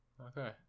okay